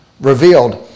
revealed